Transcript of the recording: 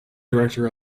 director